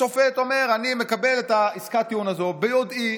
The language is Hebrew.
השופט אומר: אני מקבל את עסקת הטיעון הזאת ביודעי,